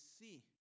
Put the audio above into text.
see